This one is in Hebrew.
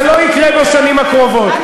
זה לא יקרה בשנים הקרובות.